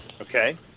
okay